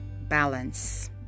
balance